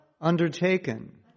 Undertaken